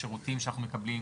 השירותים שאנחנו מקבלים,